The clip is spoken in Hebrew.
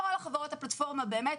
כל חברות הפלטפורמה אומרות: